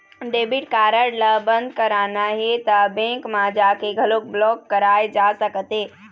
debit card ल बंद कराना हे त बेंक म जाके घलोक ब्लॉक कराए जा सकत हे